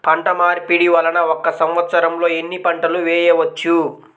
పంటమార్పిడి వలన ఒక్క సంవత్సరంలో ఎన్ని పంటలు వేయవచ్చు?